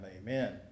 Amen